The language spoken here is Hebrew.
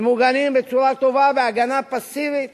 ממוגנים בצורה טובה, בהגנה פסיבית